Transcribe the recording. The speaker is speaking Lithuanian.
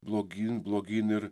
blogyn blogyn ir